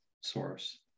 source